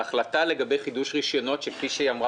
בהחלטה לגבי חידוש רישיונות שכפי שאמרה